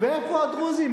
ואיפה הדרוזים?